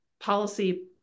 policy